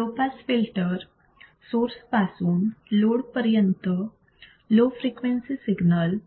low pass filter source पासून load पर्यंत low frequency signals